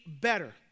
better